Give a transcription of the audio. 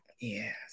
Yes